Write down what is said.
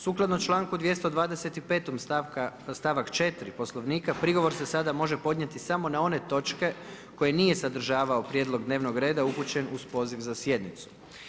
Sukladno članku 225. stavak 4. Poslovnika, prigovor se sada može podnijeti samo na one točke koje nije sadržavao prijedlog dnevnog reda upućen uz poziv za sjednicu.